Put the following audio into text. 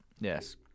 Yes